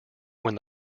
when